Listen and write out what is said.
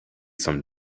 some